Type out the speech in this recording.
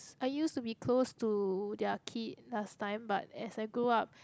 I used to be close to their kid last time but as I grow up